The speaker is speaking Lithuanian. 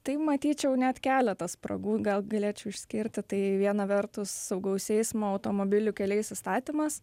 tai matyčiau net keletą spragų gal galėčiau išskirti tai viena vertus saugaus eismo automobilių keliais įstatymas